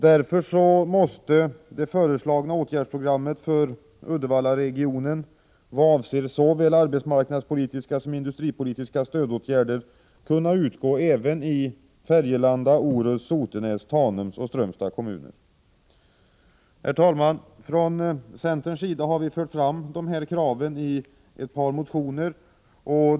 Därför måste det föreslagna åtgärdsprogrammet för Uddevallaregionen, i vad avser såväl arbetsmarknadspolitiska som industripolitiska stödåtgärder, kunna gälla även i Färgelanda, Orust, Sotenäs, Tanums och Strömstads kommuner. Herr talman! Från centerns sida har vi fört fram dessa krav i ett par motioner.